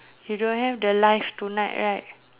you don't have the live tonight right